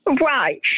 Right